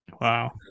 Wow